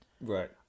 Right